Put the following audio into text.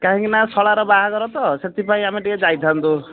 କାହିଁକିନା ଶଳାର ବାହାଘର ତ ସେଥିପାଇଁ ଆମେ ଟିକିଏ ଯାଇ ଥାଆନ୍ତୁ